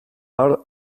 are